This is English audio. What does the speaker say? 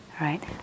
right